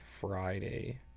friday